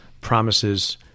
promises